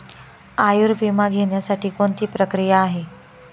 आयुर्विमा घेण्यासाठी कोणती प्रक्रिया आहे?